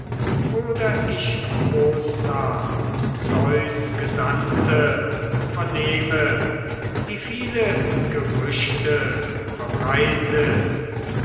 oder ich ossa zeus gesandte vernehme die viele gerüchte verbreitet